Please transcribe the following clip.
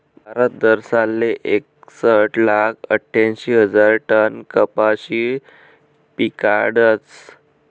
भारत दरसालले एकसट लाख आठ्यांशी हजार टन कपाशी पिकाडस